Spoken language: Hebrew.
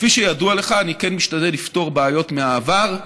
כפי שידוע לך, אני כן משתדל לפתור בעיות מהעבר,